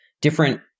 different